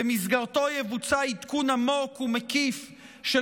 שבמסגרתו יבוצע עדכון עמוק ומקיף של